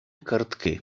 картки